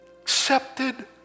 accepted